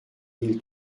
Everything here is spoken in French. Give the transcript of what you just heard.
mille